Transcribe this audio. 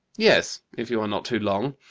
yes, if you are not too long.